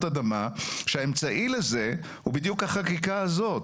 אדמה כשהאמצעי לזה הוא בדיוק החקיקה הזאת.